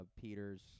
Peter's